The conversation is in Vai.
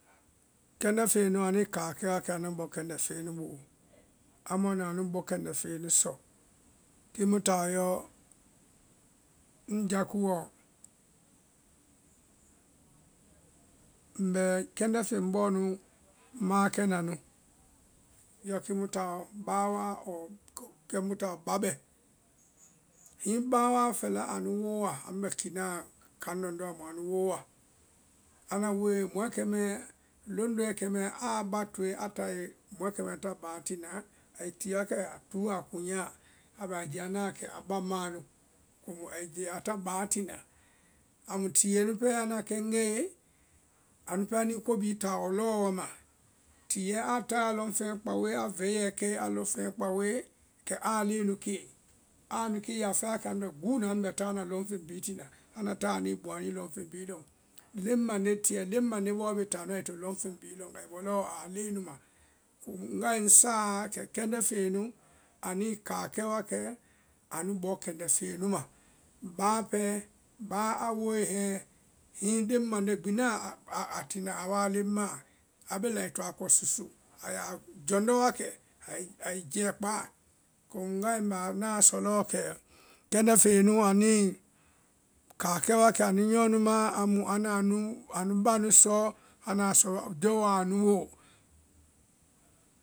Kɛndɛ feŋɛ nu a nuĩ káa kɛwa kɛ anu bɔ kɛndɛ feŋɛ nu boo, amu anda anu bɔ kɛndɛ feŋɛ nu sɔ. Kii mu taɔ yɔ ŋ jákúuɔ, mbɛɛ kɛndɛ feŋ bɔɔ nu maãkɛna nu, yɔ kii mu taɔ báwáa ɔɔ kɛmu taɔ ba bɛ. Hiŋi báwáa fɛla anu wooa, hiŋi báwáa fɛla anu bɛ tona kaŋ lɔndɔ́ amu anu wooa, anda wooe, mɔɛ kɛ mɛɛ, londoeɛ kɛmɛɛ aa ba toe a táae mɔɛ kɛ mɛɛ ta báa tinaã, ai ti wakɛ a túu na a kuŋɛ a, a bɛ a jia naã kɛ a ba maã nu, komu ai jɛɛ a tá baa tina. Ámu tiɛɛ pɛɛ anda kɛŋgɛee, anu pɛɛ anuĩ ko bee taɔ lɔɔ wa ma. Tiɛɛ a tae a loŋ feŋɛ kpaoe, a vɛyɛɛ kɛe, a lɔŋ feŋɛ kpaoe, kɛ aa leŋɛ nu kée, aa nu kée i ya fɛɛ wa kɛ anu bɛ gúuna anu bɛ táana lɔn feŋ bhii tina, ana tae anu bɔaŋ ani lɔŋ feŋ bhii lɔŋ, leŋ mande tiɛ leŋ mande bɔɔ bee tanu ai to leŋ bhii lɔŋ ai bɔ lɔɔ aa leŋɛ nu ma. Komu ŋgae ŋ sáa kɛ kɛndɛ feŋɛ nu anuĩ káa kɛ wa kɛ anu nyɔɔ nu ma. Báa pɛɛ, báa a wooe hɛ́ɛ hiŋi leŋ mande gbi naã a tina amu a leŋ maã, a bee lao ai to a kɔ susu a yaa jɔndɔ́ wa kɛɛ ai ai jɛ́ɛ kpáá, komu ŋgai ŋ báa naã sɔ kɛ kɛndɛ feŋɛ nu anuĩ kaa kɛ wa kɛ anu nyɔɔ nu ma, amu anda a nu ba nu sɔɔ, anda a sɔ jɔ wa anu woo.